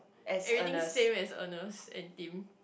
everything is same as Ernest and Tim